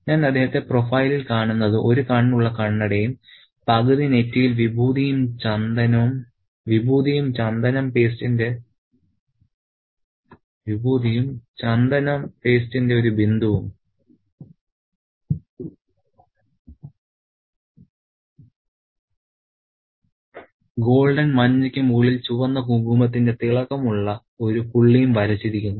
ഞാൻ അദ്ദേഹത്തെ പ്രൊഫൈലിൽ കാണുന്നത് ഒരു കണ്ണുള്ള കണ്ണടയും പകുതി നെറ്റിയിൽ വിഭൂതിയും ചന്ദന പേസ്റ്റിന്റെ ഒരു ബിന്ദുവും ഗോൾഡൻ മഞ്ഞക്ക് മുകളിൽ ചുവന്ന കുങ്കുമത്തിന്റെ തിളക്കമുള്ള ഒരു പുള്ളിയും വരച്ചിരിക്കുന്നു